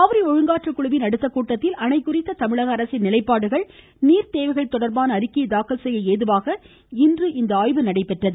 காவிரி ஒழுங்காற்றுக்குழுவின் அடுத்தக் கூட்டத்தில் அணை குறித்த தமிழக அரசின் நிலைப்பாடுகள் நீர்த்தேவைகள் தொடர்பான அறிக்கையை தாக்கல் செய்ய ஏதுவாக இன்று இந்த ஆய்வு நடைபெற்றது